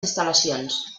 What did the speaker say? instal·lacions